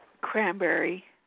cranberry